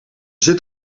zit